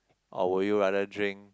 or would you rather drink